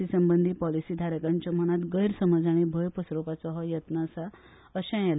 सी संबंधी पॉलिसीधारकांच्या मनात गैरसमज आनी भय पसरोवपाचो हो यत्न आसा अशेय एल